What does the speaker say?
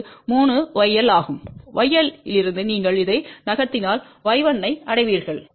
இது 3 yL ஆகும் yL இலிருந்து நீங்கள் இதை நகர்த்தினால் y1 ஐ அடைவீர்கள்